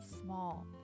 small